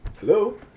hello